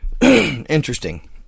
Interesting